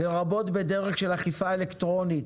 לרבות בדרך של אכיפה אלקטרונית